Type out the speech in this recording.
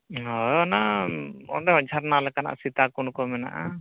ᱦᱚᱭ ᱚᱱᱟ ᱚᱸᱰᱮᱦᱚᱸ ᱡᱷᱟᱨᱱᱟ ᱞᱮᱠᱟᱱᱟᱜ ᱥᱤᱛᱟ ᱠᱩᱸᱰᱠᱚ ᱢᱮᱱᱟᱜᱼᱟ